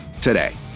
today